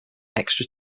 extra